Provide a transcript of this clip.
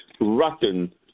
rotten